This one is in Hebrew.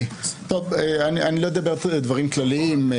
אני לא אדבר דברים כלליים.